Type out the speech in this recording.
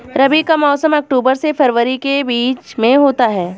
रबी का मौसम अक्टूबर से फरवरी के बीच में होता है